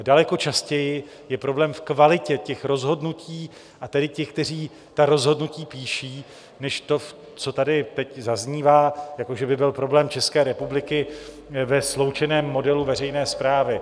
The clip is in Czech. Daleko častěji je problém v kvalitě rozhodnutí a těch, kteří rozhodnutí píší, než to, co tady teď zaznívá, že by byl problém České republiky ve sloučeném modelu veřejné správy.